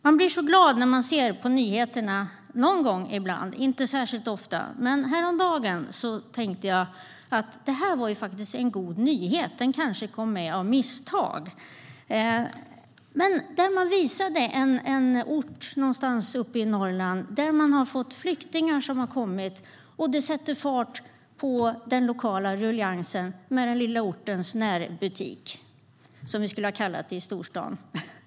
Jag blev glad när jag såg på nyheterna häromdagen. Då presenterades det en god nyhet - den kanske kom med av misstag. Man visade ett reportage från en ort någonstans i Norrland där flyktingar som har kommit dit har satt fart på den lokala ruljangsen med den lilla ortens närbutik - som vi i storstaden hade kallat det.